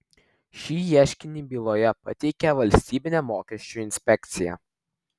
šį ieškinį byloje pateikė valstybinė mokesčių inspekcija